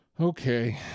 Okay